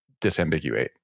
disambiguate